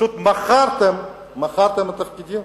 פשוט מכרתם תפקידים,